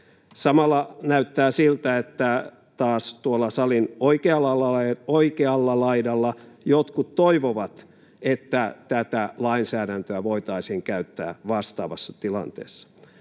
Samalla näyttää siltä, että taas tuolla salin oikealla laidalla jotkut toivovat, että tätä lainsäädäntöä voitaisiin käyttää vastaavassa tilanteessa.